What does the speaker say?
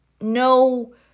no